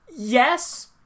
Yes